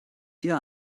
dir